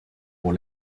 pour